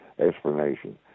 Explanation